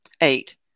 Eight